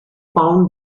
found